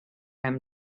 him